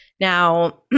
Now